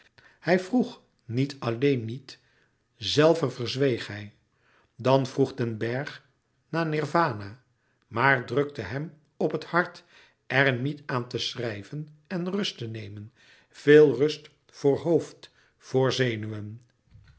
e g h i j louis couperus metamorfoze dan vroeg den bergh naar nirwana maar drukte hem op het hart er niet aan te schrijven en rust te nemen veel rust voor hoofd voor zenuwen